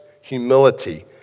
humility